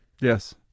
Yes